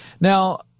Now